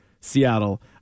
Seattle